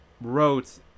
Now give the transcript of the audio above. wrote